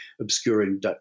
obscuring